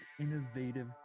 innovative